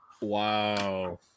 Wow